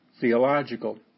theological